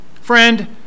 Friend